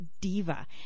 Diva